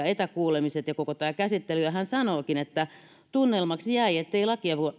etäkuulemiset ja koko tämä käsittely hän sanookin tunnelmaksi jäi ettei